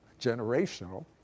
generational